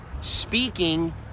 speaking